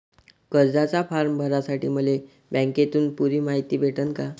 कर्जाचा फारम भरासाठी मले बँकेतून पुरी मायती भेटन का?